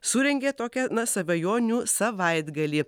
surengė tokią na svajonių savaitgalį